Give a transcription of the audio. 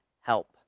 help